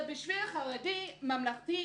עבור חרדי, עבור ממלכתי,